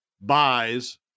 buys